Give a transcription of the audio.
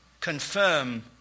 confirm